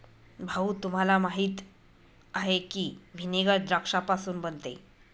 भाऊ, तुम्हाला माहीत आहे की व्हिनेगर द्राक्षापासून बनते